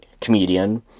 comedian